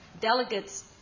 delegates